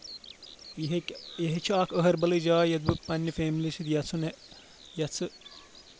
یہِ ہیٚکہِ یہِ ہے چھِ اکھ اَہربلٕے جاے یتھ بہٕ پنٕنہِ فیملی سۭتۍ یژھُن یژھٕ